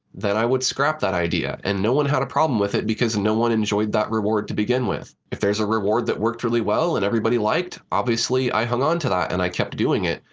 i would scrap that idea. and no one had a problem with it because no one enjoyed that reward to begin with. if there's a reward that worked really well, and everybody liked, obviously i hung onto that, and i kept doing it,